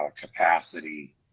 capacity